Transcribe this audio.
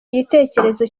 igitekerezo